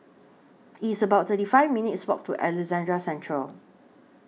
It's about thirty five minutes' Walk to Alexandra Central